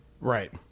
Right